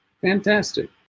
Fantastic